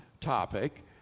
topic